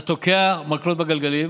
אתה תוקע מקלות בגלגלים,